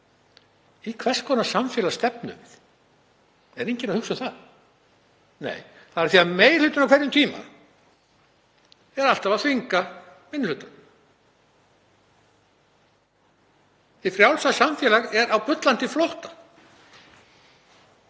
Í hvers konar samfélag stefnum við? Er enginn að hugsa um það? Nei, það er af því að meiri hlutinn á hverjum tíma er alltaf að þvinga minni hlutann. Hið frjálsa samfélag er á bullandi flótta.